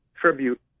tribute